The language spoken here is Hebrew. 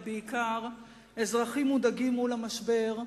אלא בעיקר אזרחים מודאגים מול המשבר.